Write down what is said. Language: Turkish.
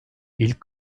i̇lk